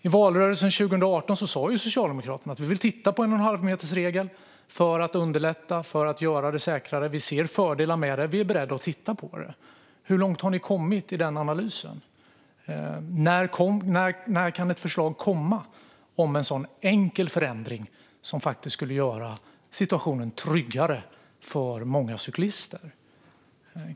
I valrörelsen 2018 sa ni i Socialdemokraterna att ni ville titta på 1,5metersregeln för att underlätta och göra det säkrare. Ni sa att ni såg fördelar med det och att ni var beredda att titta på det. Hur långt har ni kommit i den analysen? När kan det komma ett förslag om en sådan enkel förändring som faktiskt skulle göra situationen tryggare för många cyklister?